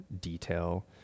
detail